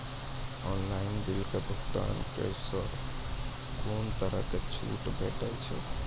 Online बिलक भुगतान केलासॅ कुनू तरहक छूट भेटै छै?